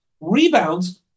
Rebounds